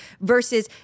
versus